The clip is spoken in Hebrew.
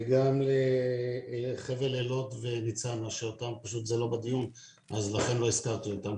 וגם לחבל אילות וניצנה שהם פשוט לא בדיון אז לכן לא הזכרתי אותם.